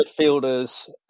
midfielders